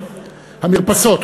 זה היה המרפסות.